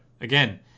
Again